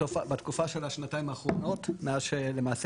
בתקופה של השנתיים האחרונות מאז שלמעשה